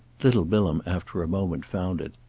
little bilham after a moment found it.